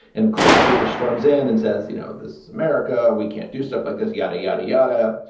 and chris cooper storms in and says, you know, this is america. we can't do stuff like this. yada, yada, yada.